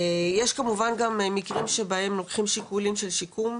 יש כמובן גם מקרים שבהם לוקחים שיקולים של שיקום,